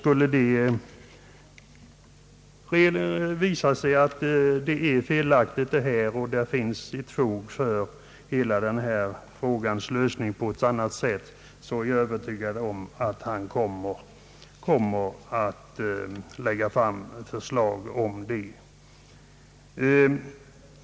Skulle det visa sig att denna undersökning är felaktig och att det finns fog för frågans lösning på ett annat sätt, så är jag säker på att han kommer att lägga fram förslag om det.